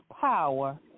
power